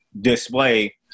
display